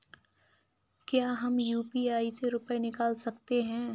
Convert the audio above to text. क्या हम यू.पी.आई से रुपये निकाल सकते हैं?